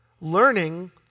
Learning